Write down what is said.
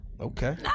Okay